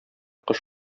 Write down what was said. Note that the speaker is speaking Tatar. кош